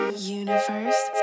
Universe